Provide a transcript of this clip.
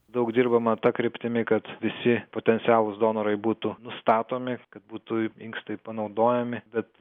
daug dirbama ta kryptimi kad visi potencialūs donorai būtų nustatomi kad būtų inkstai panaudojami bet